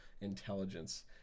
intelligence